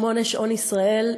20:00 שעון ישראל,